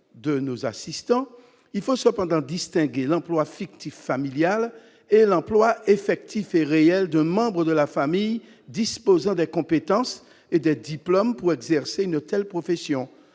de nos assistants, il faut cependant distinguer l'emploi fictif familial de l'emploi effectif et réel d'un membre de la famille possédant les compétences et les diplômes pour exercer une telle profession.